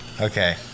Okay